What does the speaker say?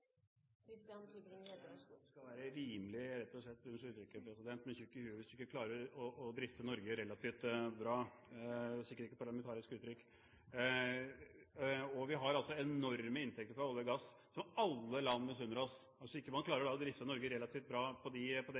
være rimelig tjukk i hue – unnskyld, president, det er sikkert ikke et parlamentarisk uttrykk – hvis du ikke klarer å drifte Norge relativt bra. Vi har enorme inntekter fra olje og gass, som alle land misunner oss. Hvis man ikke klarer å drifte Norge relativt bra på